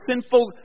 sinful